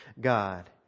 God